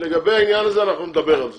לגבי העניין הזה, אנחנו נדבר על זה.